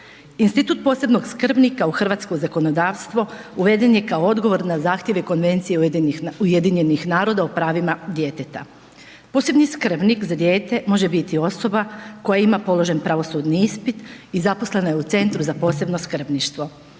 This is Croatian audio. Institut posebnog skrbnika u hrvatsko zakonodavstvo uveden je kao odgovor na zahtjeve Konvencije UN-a o pravima djeteta. Posebni skrbnik za dijete može biti osoba koja ima položen pravosudni ispit i zaposlena je u Centru za posebno skrbništvo.